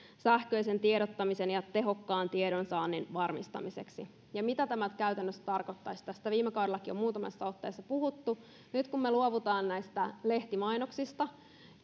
sähköisen tiedottamisen ja tehokkaan tiedonsaannin varmistamiseksi ja mitä tämä käytännössä tarkoittaisi tästä viime kaudellakin jo muutamaan otteeseen on puhuttu nyt kun me luovumme näistä lehtimainoksista